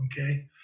okay